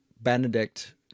Benedict